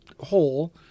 hole